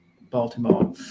Baltimore